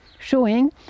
showing